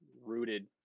rooted